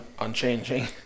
unchanging